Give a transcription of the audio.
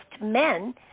men